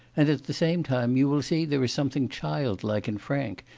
and at the same time you will see there is something childlike and frank,